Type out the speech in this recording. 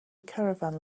caravan